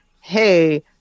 hey